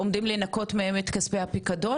כמו שהסברתי קודם,